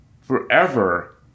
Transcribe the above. forever